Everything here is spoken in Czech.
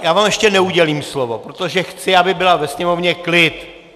Já vám ještě neudělím slovo, protože chci, aby byl ve sněmovně klid.